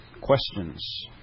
questions